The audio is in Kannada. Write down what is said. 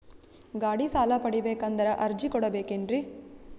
ಗಾಡಿ ಸಾಲ ಪಡಿಬೇಕಂದರ ಅರ್ಜಿ ಕೊಡಬೇಕೆನ್ರಿ?